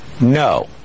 no